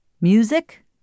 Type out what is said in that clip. music